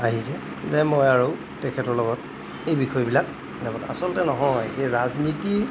আহিছে যে মই আৰু তেখেতৰ লগত এই বিষয়বিলাক নেপাতোঁ আচলতে নহয় সেই ৰাজনীতি